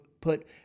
put